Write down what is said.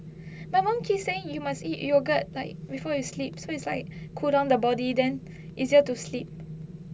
my mum keep saying you must eat yogurt like before you sleep so is like cool down the body then easier to sleep